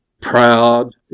proud